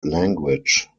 language